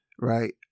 Right